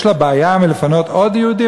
יש לה בעיה לפנות עוד יהודים?